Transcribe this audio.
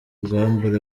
ubwambure